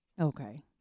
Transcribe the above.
Okay